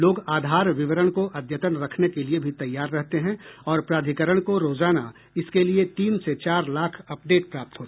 लोग आधार विवरण को अद्यतन रखने के लिए भी तैयार रहते हैं और प्राधिकरण को रोजाना इसके लिए तीन से चार लाख अपडेट प्राप्त होते हैं